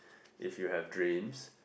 if you have dreams